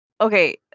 Okay